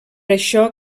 això